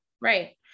Right